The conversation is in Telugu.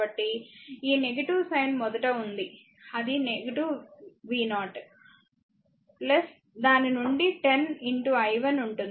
కాబట్టి ఈ సైన్ మొదట ఉంది అది v0 దాని నుండి 10 i1 ఉంటుంది